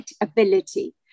ability